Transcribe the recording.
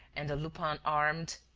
and a lupin armed.